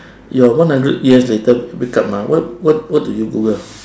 you're one hundred years later wake up ah what what what do you google